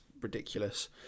ridiculous